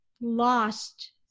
lost